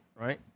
right